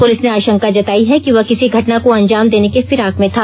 police ने आशंका जताई है कि वह किसी घटना को अंजाम देने के फिराक में था